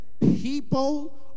People